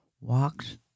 walked